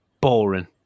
Boring